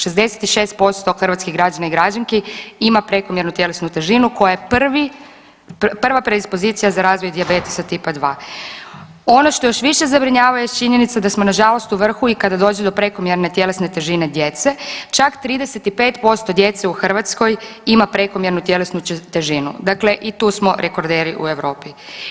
66% hrvatskih građana i građanki ima prekomjernu tjelesnu težinu koja je prva predispozicija za razvoj dijabetesa tipa 2. Ono što još više zabrinjava jest činjenica da smo nažalost u vrhu i kada dođe do prekomjerne tjelesne težine djece, čak 35% djece u Hrvatskoj ima prekomjernu tjelesnu težinu, dakle i tu smo rekorderi u Europi.